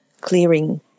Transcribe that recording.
clearing